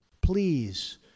Please